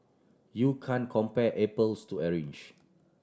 you can compare apples to orange